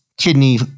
kidney